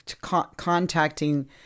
contacting